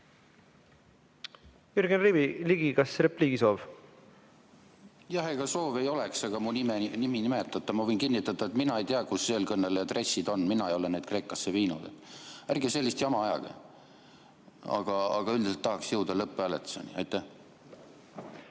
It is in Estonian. Jürgen Ligi, kas repliigi soov? Jah, ega soovi ei oleks, aga mu nime nimetati. Ma võin kinnitada, et mina ei tea, kus eelkõneleja intressid on, mina ei ole neid Kreekasse viinud. Ärge sellist jama ajage. Aga üldiselt tahaks jõuda lõpphääletuseni. Jah,